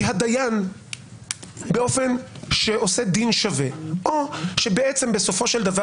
הדיין באופן שעושה דין שווה או שבעצם בסופו של דבר